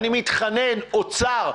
אני מתחנן: האוצר,